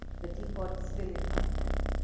the teapot still in my hand.